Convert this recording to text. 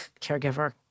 caregiver